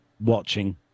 watching